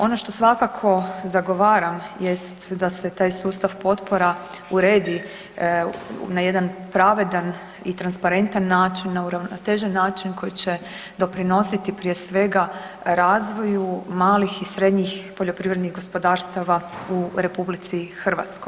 Ono što svakako zagovaram jest da se taj sustav potpora uredi na jedan pravedan i transparentan način na uravnotežen način koji će doprinositi prije svega razvoju malih i srednjih poljoprivrednih gospodarstava u RH.